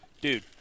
Dude